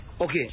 Okay